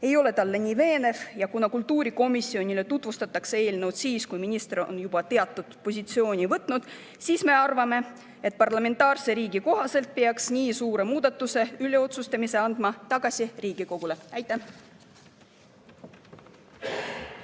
ei ole talle nii veenev ning kuna kultuurikomisjonile tutvustatakse eelnõu siis, kui minister on juba teatud positsiooni võtnud, siis me arvame, et parlamentaarsele riigile kohaselt peaks nii suure muudatuse üle otsustamise andma tagasi Riigikogule. Aitäh!